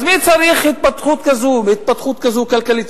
אז מי צריך התפתחות כלכלית כזאת?